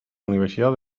universidad